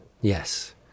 Yes